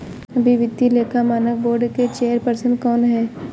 अभी वित्तीय लेखा मानक बोर्ड के चेयरपर्सन कौन हैं?